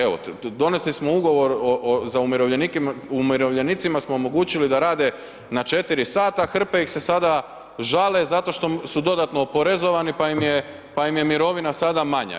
Evo, donesli smo ugovor o, za umirovljenike, umirovljenicima smo omogućili da rade na 4 sata, hrpe ih se sada žale zato što su dodatno oporezovani pa im je mirovina sada manja.